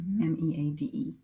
m-e-a-d-e